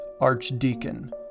archdeacon